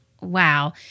wow